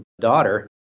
daughter